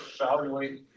evaluate